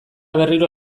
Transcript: berriro